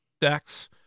decks